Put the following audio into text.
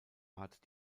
art